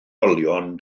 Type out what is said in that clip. olion